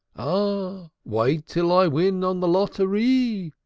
ah, wait till i win on the lottery,